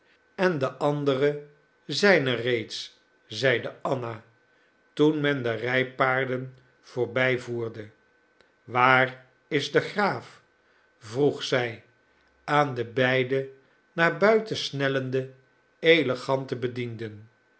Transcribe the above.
en de andere zijn er reeds zeide anna toen men de rijpaarden voorbij voerde waar is de graaf vroeg zij aan de beide naar buiten snellende elegante bedienden